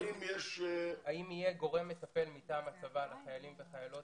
האם יהיה גורם מטפל מטעם הצבא לחיילים וחיילות